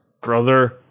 Brother